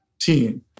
Team